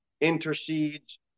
intercedes